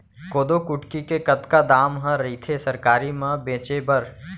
कोदो कुटकी के कतका दाम ह रइथे सरकारी म बेचे बर?